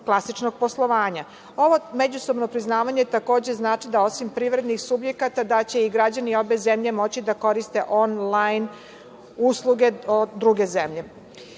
klasičnog poslovanja. Ovo međusobno priznavanje takođe znači da osim privrednih subjekata da će i građani obe zemlje moći da koriste onlajn usluge od druge